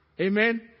Amen